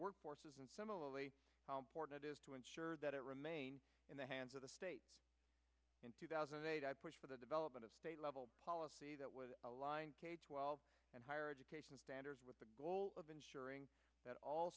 workforces and similarly how important it is to ensure that it remains in the hands of the state in two thousand and eight i pushed for the development of state level policy that was aligned twelve and higher education standards with the goal of ensuring that all